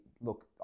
look